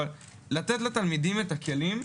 לתת לתלמידים את הכלים,